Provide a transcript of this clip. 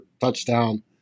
touchdown